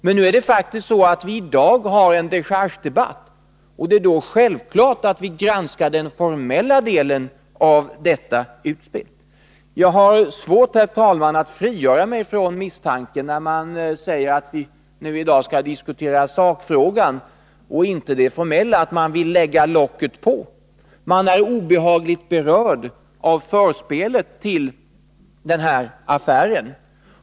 Men i dag har vi faktiskt en dechargedebatt, och då är det självklart att granska den formella delen av detta utspel. Herr talman! Jag har svårt att frigöra mig från misstanken att man, när man säger att vi i dag skall diskutera sakfrågan och inte det formella, vill lägga locket på. Man är obehagligt berörd av förspelet till den här affären.